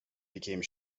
became